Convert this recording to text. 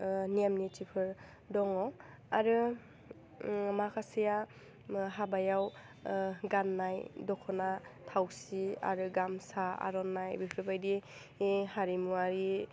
नेम निथिफोर दङ आरो माखासेया हाबायाव गान्नाय दखना थावसि आरो गामसा आर'नाइ बेफोरबायदि बे हारिमुवारि